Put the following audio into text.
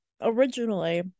originally